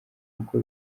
kuko